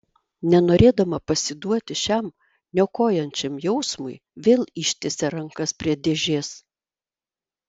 nenorėdama pasiduoti šiam niokojančiam jausmui vėl ištiesė rankas prie dėžės